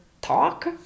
talk